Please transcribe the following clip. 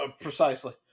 Precisely